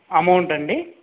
amount అండీ